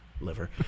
liver